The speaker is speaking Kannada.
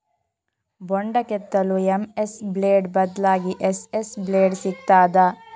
ಬೊಂಡ ಕೆತ್ತಲು ಎಂ.ಎಸ್ ಬ್ಲೇಡ್ ಬದ್ಲಾಗಿ ಎಸ್.ಎಸ್ ಬ್ಲೇಡ್ ಸಿಕ್ತಾದ?